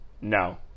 No